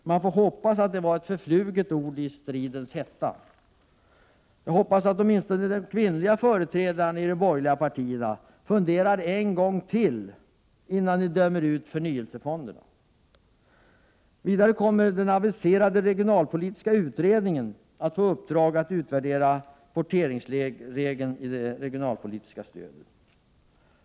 Man får hoppas att det var ett förfluget ord i stridens hetta. Jag hoppas att åtminstone ni kvinnliga företrädare för de borgerliga partierna funderar en gång till innan ni dömer ut förnyelsefonderna. Vidare kommer den aviserade regionalpolitiska utredningen att få i uppdrag att utvärdera kvoteringsregeln i det regionalpolitiska stödet.